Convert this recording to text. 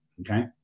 okay